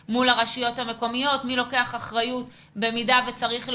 הנושא של סיוע לרשויות בהבראה וגם הגמישות של חשבים מלווים שצריכים